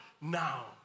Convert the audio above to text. now